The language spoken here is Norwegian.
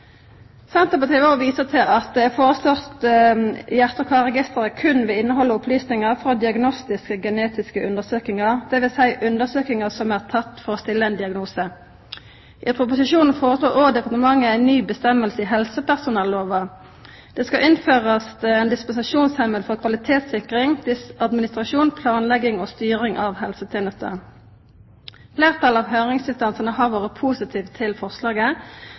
Senterpartiet vil òg visa til at det foreslåtte hjarte- og karregisteret berre vil innehalda opplysningar frå diagnostiske genetiske undersøkingar, dvs. undersøkingar som er tekne for å stilla ein diagnose. I proposisjonen foreslår òg departementet ei ny bestemming i helsepersonellova. Det skal innførast ein dispensasjonsheimel for kvalitetssikring, administrasjon, planlegging og styring av helsetenesta. Fleirtalet av høyringsinstansane har vore positive til forslaget.